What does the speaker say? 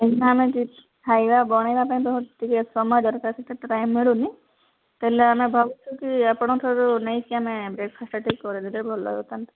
ଆମେ ଖାଇବା ବନେଇବା ପାଇଁ ବହୁତ ଟିକେ ସମୟ ଦରକାର ସେଟା ଟାଇମ୍ ମିଳୁନି ତାହଲେ ଆମେ ଭାବୁଛୁ କି ଆପଣଙ୍କଠାରୁ ନେଇକି ଆମେ ବ୍ରେକ୍ଫାଷ୍ଟ ଟିକେ କରିଦେଲେ ବି ଭଲ ଲାଗିଥାନ୍ତା